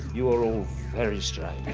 you are all very strange.